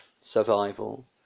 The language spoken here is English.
survival